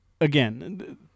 Again